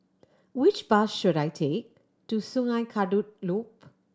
which bus should I take to Sungei Kadut Loop